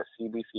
CBC